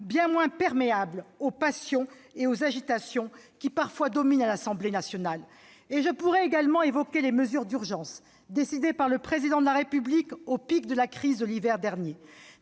bien moins perméables aux passions et aux agitations qui parfois dominent l'Assemblée nationale. Je pourrais évoquer également les mesures d'urgence décidées par le Président de la République au pic de la crise de l'hiver dernier